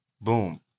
Boom